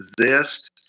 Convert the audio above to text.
zest